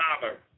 Father